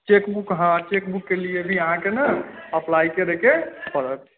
chequebook हँ chequebook के लिए भी अहाँके न अप्लाई करऽ के पड़त